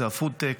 זה ה-FoodTech,